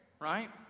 right